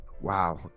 wow